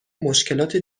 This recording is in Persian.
مشکلات